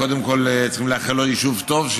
קודם כול צריכים לאחל לו יישוב טוב,